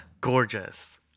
Gorgeous